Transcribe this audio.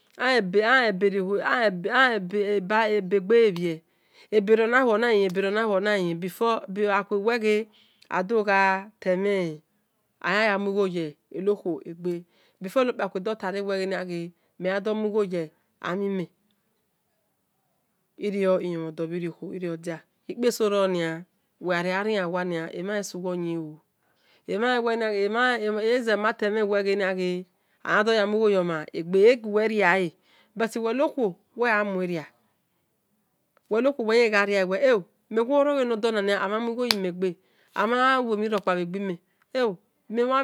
Ehen ebale mhiea olen eberiegbe ohu eberi oni ohu onaghi len before whe ghe ake dho toayandho muigho yie eni okhuo egbe before eni okpiakha dotare me yan doh muigho yi ami lin me irio ilomhodo bhi imokhuo imio-odia ikpia eso ero nia uwe ghare ariyan oway emhanlen guwe oyin ro emho len whel nia ghe yandoh muigho yo mhan egbe, ezewe riale buti uwe no whuo uwi gha mueria uwo nokhwo ya ghi gha riole mhe wbowo riogodo nia amhan mulgho yime, bimhan bho yan